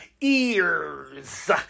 ears